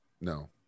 no